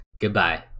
Goodbye